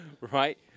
Right